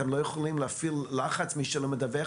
אתם לא יכולים להפעיל לחץ על מי שלא מדווח?